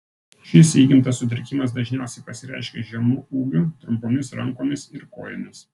šis įgimtas sutrikimas dažniausiai pasireiškia žemu ūgiu trumpomis rankomis ir kojomis